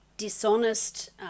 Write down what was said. dishonest